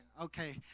okay